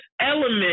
element